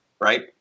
Right